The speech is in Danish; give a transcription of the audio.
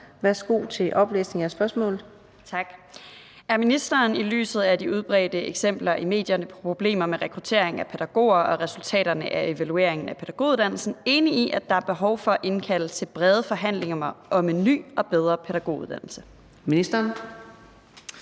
15:16 Sofie Lippert (SF): Tak. Er ministeren – i lyset af de udbredte eksempler i medierne på problemer med rekruttering af pædagoger og resultaterne af evalueringen af pædagoguddannelsen – enig i, at der er behov for at indkalde til brede forhandlinger om en ny og bedre pædagoguddannelse? Kl.